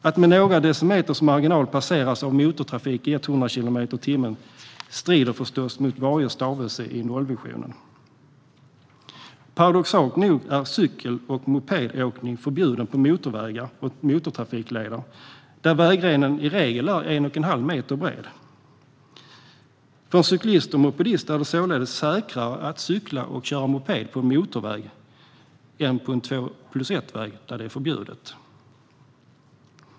Att med några decimeters marginal passeras av motortrafik i 100 kilometer i timmen strider förstås mot varje stavelse i nollvisionen. Paradoxalt nog är cykel och mopedåkning förbjudet på motorvägar och motortrafikleder, där vägrenen i regel är en och en halv meter bred. För en cyklist eller mopedist är det således säkrare att cykla och köra moped på en motorväg, där det är förbjudet, än på en två-plus-ett-väg.